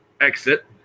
exit